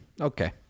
Okay